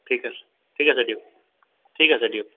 ঠিক আছে ঠিক আছে দিয়ক ঠিক আছে দিয়ক